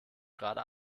gerade